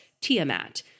Tiamat